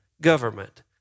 government